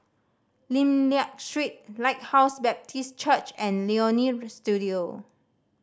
Lim Liak Street Lighthouse Baptist Church and Leonie Studio